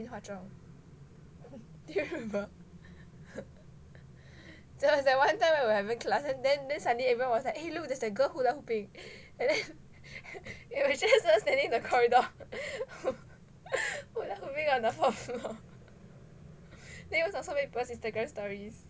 in hwa chong do you remember so there is that one time when we were having class and then then suddenly everyone was like eh look there's a girl who is like hula hooping and then it was just her standing at the corridor hula hooping on the fourth floor then it was on so many people Instagram stories